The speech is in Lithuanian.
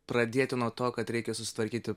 pradėti nuo to kad reikia susitvarkyti